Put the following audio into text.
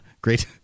great